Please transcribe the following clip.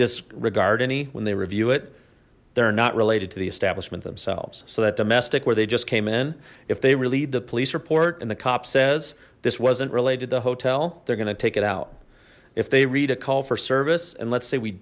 disregard any when they review it they're not related to the establishment themselves so that domestic where they just came in if they read the police report and the cop says this wasn't related to the hotel they're gonna take it out if they read a call for service and let's say we